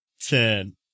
Ten